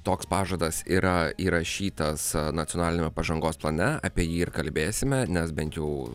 toks pažadas yra įrašytas nacionalinio pažangos plane apie jį ir kalbėsime nes bent jau